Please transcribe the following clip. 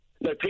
No